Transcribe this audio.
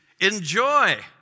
enjoy